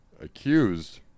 Accused